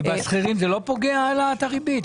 ובשכירים זה לא פוגע העלאת הריבית?